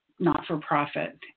not-for-profit